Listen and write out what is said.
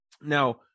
now